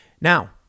Now